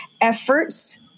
efforts